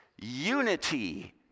unity